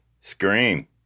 Scream